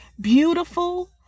Beautiful